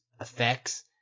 effects